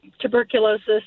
tuberculosis